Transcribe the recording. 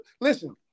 listen